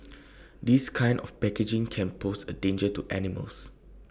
this kind of packaging can pose A danger to animals